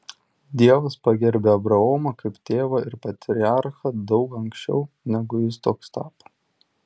dievas pagerbė abraomą kaip tėvą ir patriarchą daug anksčiau negu jis toks tapo